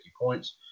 points